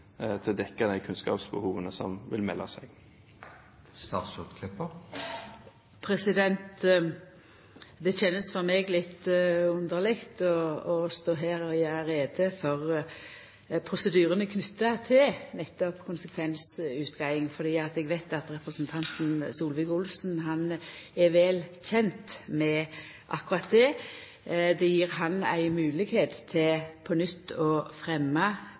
å dekke de kunnskapsbehovene som vil melde seg? Det kjennest litt underleg for meg å stå her og gjera greie for prosedyrane knytte til nettopp konsekvensutgreiing, fordi eg veit at representanten Solvik-Olsen er vel kjend med akkurat det. Det gjev han ei moglegheit til på nytt å